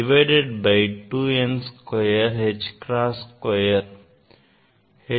divided by 2 n square h cross square